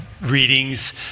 readings